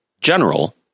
General